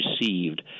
received